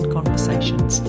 Conversations